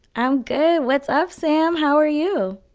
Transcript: i'm good. what's up, sam? how are you?